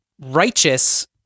righteous